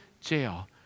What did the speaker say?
jail